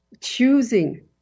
Choosing